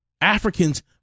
Africans